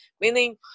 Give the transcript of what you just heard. meaning